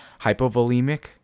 hypovolemic